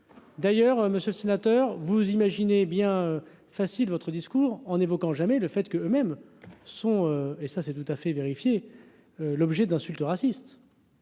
d'ailleurs, monsieur le sénateur, vous imaginez bien facile votre discours en évoquant jamais le fait que même son et, ça, c'est tout à fait vérifié l'objet d'insultes racistes.